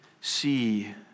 see